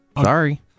Sorry